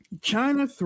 China